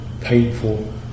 painful